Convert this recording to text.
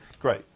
great